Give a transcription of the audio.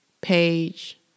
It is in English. page